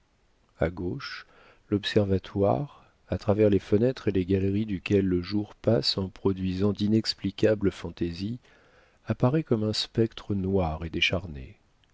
a gauche l'observatoire à travers les fenêtres et les galeries duquel le jour passe en produisant d'inexplicables fantaisies apparaît comme un spectre noir et décharné